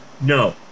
No